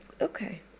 Okay